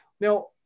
now